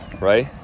right